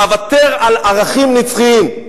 ואוותר על ערכים נצחיים.